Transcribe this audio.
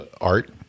Art